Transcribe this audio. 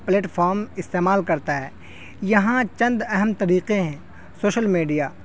plate فام استعمال کرتا ہے یہاں چند اہم طریقے ہیں سوشل میڈیا